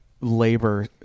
labor